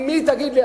עם מי, תגיד לי.